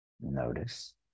Notice